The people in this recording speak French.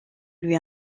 lui